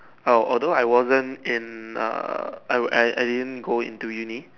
oh although I wasn't in err I were I I didn't go into Uni